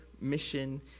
mission